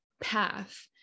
path